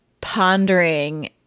pondering